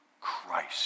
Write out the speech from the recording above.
Christ